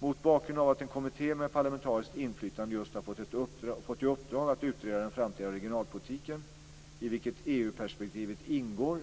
Mot bakgrund av att en kommitté med parlamentariskt inflytande just har fått i uppdrag att utreda den framtida regionalpolitiken, i vilken EU-perspektivet ingår,